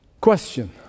Question